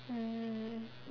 mm